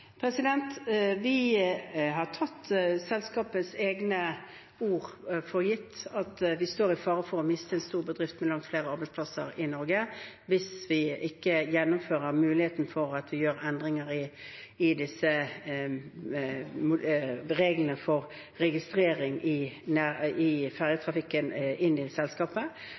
Vi har tatt selskapets egne ord for gitt, at vi står i fare for å miste en stor bedrift med langt flere arbeidsplasser i Norge hvis vi ikke gjennomfører muligheten for å gjøre endringer i reglene for registrering i ferjetrafikken inn i selskapet.